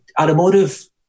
automotive